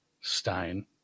Stein